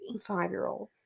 five-year-old